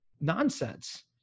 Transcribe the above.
nonsense